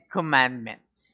Commandments